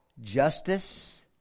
Justice